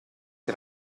che